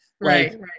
Right